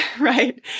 right